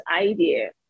idea